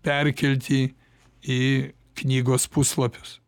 perkelti į knygos puslapius